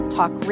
Talk